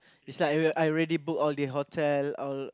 it's like the I already book all the hotel all